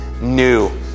new